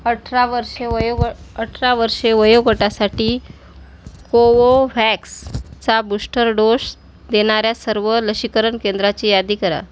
अठरा वर्षे वयोग अठरा वर्षे वयोगटासाठी कोवोव्हॅक्सचा बुश्टर डोश देणाऱ्या सर्व लसीकरण केंद्राची यादी करा